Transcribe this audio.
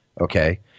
Okay